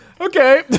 Okay